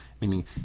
meaning